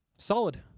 Solid